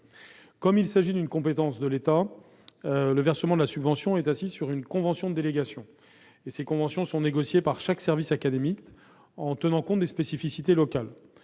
Comme il s'agit d'une compétence de l'État, le versement de la subvention est assis sur une convention de délégation négociée par chaque service académique en tenant compte des spécificités locales.